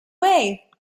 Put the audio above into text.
way